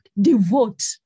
devote